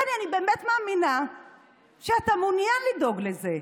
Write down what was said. בני, אני באמת מאמינה שאתה מעוניין לדאוג לזה.